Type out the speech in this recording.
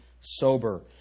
sober